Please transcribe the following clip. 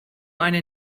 eine